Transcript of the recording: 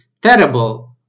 terrible